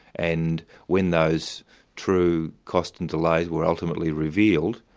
and when those true costs and delays were ultimately revealed,